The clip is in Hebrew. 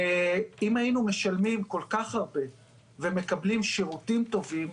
אם היינו משלמים כל כך הרבה ומקבלים שירותים טובים,